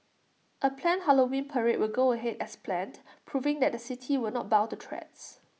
A planned Halloween parade will go ahead as planned proving that the city would not bow to threats